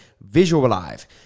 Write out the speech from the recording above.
visualize